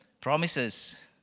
promises